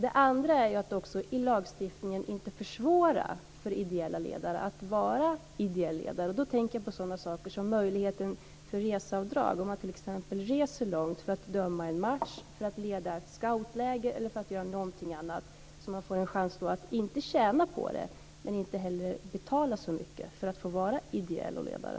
Dels gäller det att i lagstiftningen inte försvåra för ideella ledare att vara det. Då tänker jag på en sådan sak som möjligheten till reseavdrag - att man, om man t.ex. reser långt för att döma en match eller för att leda ett scoutläger, får en chans inte att tjäna på det men heller inte att behöva betala så mycket för att få vara ideell ledare.